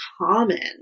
common